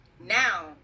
Now